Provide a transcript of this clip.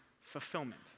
fulfillment